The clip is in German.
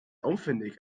aufwendig